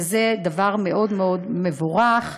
וזה דבר מאוד מאוד מבורך.